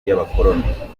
y’abakoloni